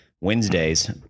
Wednesdays